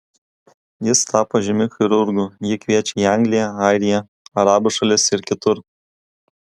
jis tapo žymiu chirurgu jį kviečia į angliją airiją arabų šalis ir kitur